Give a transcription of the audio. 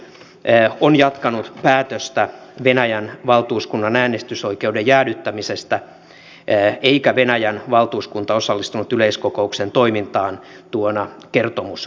yleiskokous on jatkanut päätöstä venäjän valtuuskunnan äänestysoikeuden jäädyttämisestä eikä venäjän valtuuskunta osallistunut yleiskokouksen toimintaan tuona kertomusvuonna